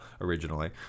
originally